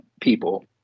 people